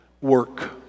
work